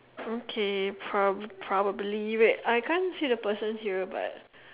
okay pro~ probably wait I can't see the person here but